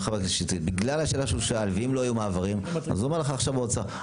אז הוא אומר לך עכשיו באוצר,